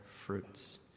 fruits